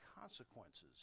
consequences